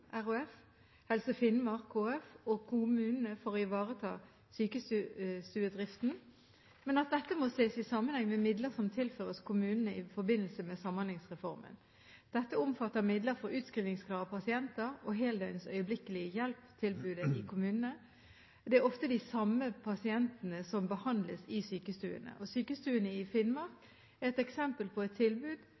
Helse Finnmark HF og kommunene for å ivareta sykestuedriften, men at dette må ses i sammenheng med midler som tilføres kommunene i forbindelse med Samhandlingsreformen. Dette omfatter midler for utskrivningsklare pasienter og heldøgns øyeblikkelig-hjelp-tilbud i kommunene. Det er ofte de samme pasientene som behandles i sykestuene. Sykestuene i Finnmark er et eksempel på et tilbud